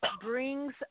brings